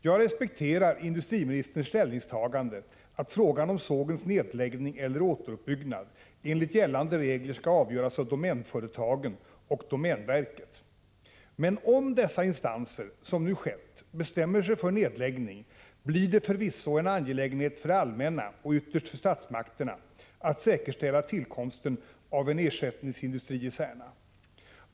Jag respekterar industriministerns ställningstagande att frågan om sågens nedläggning eller återuppbyggnad enligt gällande regler skall avgöras av domänföretagen och domänverket. Men om dessa instanser, som nu skett, bestämt sig för en nedläggning blir det förvisso en angelägenhet för det allmänna och ytterst för statsmakterna att säkerställa tillkomsten av en ersättningsindustri i Särna.